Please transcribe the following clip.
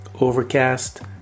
Overcast